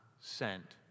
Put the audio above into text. sent